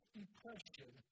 depression